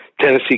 Tennessee